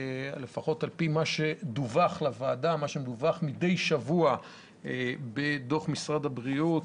לפחות על פי מה שדוּוח לוועדה ומדווח מדי שבוע בדוח משרד הבריאות,